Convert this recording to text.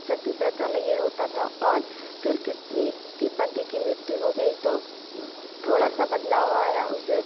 सती प्रथा में यह होता था और फिर किसी की पति की मृत्यु हो गई तो थोड़ा सा बदलाव आया उसे